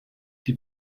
die